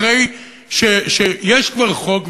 אחרי שיש כבר חוק,